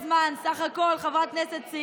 יוכלו להפסיק חברותם שלושה חברי כנסת".